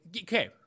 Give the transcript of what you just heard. okay